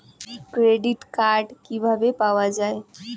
Credit card কিভাবে পাওয়া য়ায়?